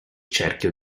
cerchio